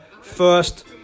first